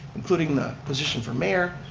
including the position for mayor,